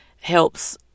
helps